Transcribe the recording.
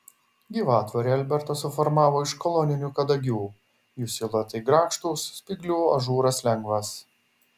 gyvatvorę albertas suformavo iš koloninių kadagių jų siluetai grakštūs spyglių ažūras lengvas